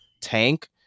tank